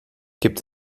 gibt